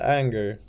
anger